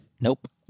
Nope